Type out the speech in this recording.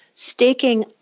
staking